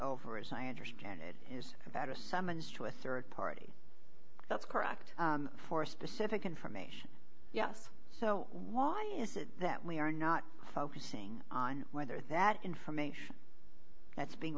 over as i understand it is about a summons to assert party that's correct for a specific information yes so why is it that we are not focusing on whether that information that's being